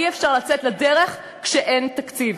אי-אפשר לצאת לדרך כשאין תקציב.